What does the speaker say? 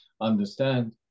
understand